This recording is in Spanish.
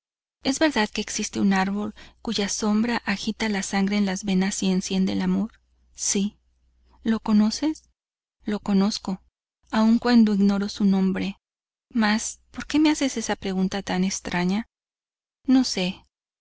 es verdad que existe un árbol cuya sombra agita la sangre en las venas y enciende el amor sí lo conoces lo conozco aun cuando ignoro su nombre mas porque me haces esa pregunta tan extraña no se